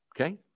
Okay